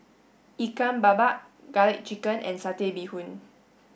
Ikan Bakar garlic chicken and satay bee Hoon